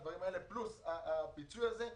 הדברים האלה פלוס הפיצוי הזה.